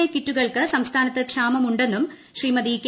A കിറ്റുകൾക്ക് സംസ്ഥാനത്ത് ക്ഷാമമുണ്ടെന്നും ശ്രീമതി കെ